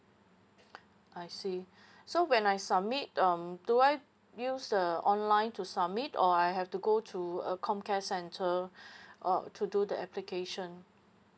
I see so when I submit um do I use a online to submit or I have to go to a comm care center uh to do the application